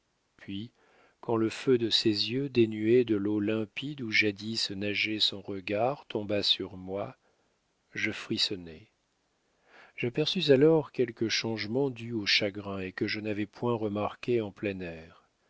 puis quand le feu de ses yeux dénués de l'eau limpide où jadis nageait son regard tomba sur moi je frissonnai j'aperçus alors quelques changements dus au chagrin et que je n'avais point remarqués en plein air